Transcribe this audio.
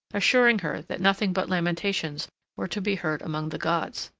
assuring her that nothing but lamentations were to be heard among the gods.